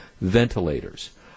ventilators